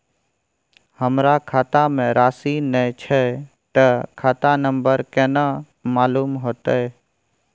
हमरा खाता में राशि ने छै ते खाता नंबर केना मालूम होते?